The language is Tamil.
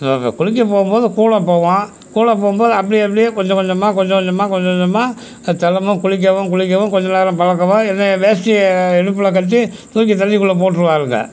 குளிக்க போகும்போது கூட போவோம் கூட போகும்போது அப்படி அப்படியே கொஞ்சம் கொஞ்சமாக கொஞ்சம் கொஞ்சமாக கொஞ்சம் கொஞ்சமாக தினமும் குளிக்கவும் குளிக்கவும் கொஞ்ச நேரம் பழக்குவோம் என்னை வேஷ்டிய இடுப்பில் கட்டி தூக்கி தண்ணிக்குள்ளே போட்டுருவாருங்க